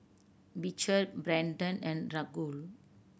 Beecher Brendon and Raquel